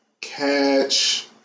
catch